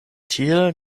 tiel